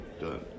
done